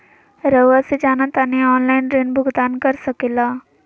रहुआ से जाना तानी ऑनलाइन ऋण भुगतान कर सके ला?